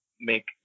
make